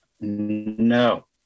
No